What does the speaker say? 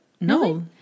no